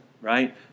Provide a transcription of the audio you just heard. right